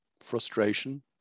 frustration